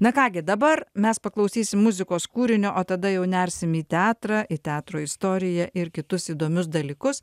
na ką gi dabar mes paklausysim muzikos kūrinio o tada jau nersim į teatrą į teatro istoriją ir kitus įdomius dalykus